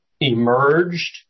emerged